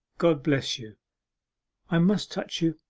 god bless you i must touch you,